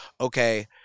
okay